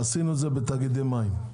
עשינו את זה בתאגידי מים.